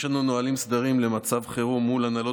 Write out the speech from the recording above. יש לנו נהלים וסדרים למצב חירום מול הנהלות